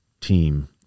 team